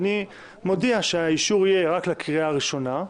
אני מודיע שהאישור יהיה רק לקריאה הראשונה.